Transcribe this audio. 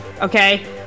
okay